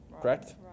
Correct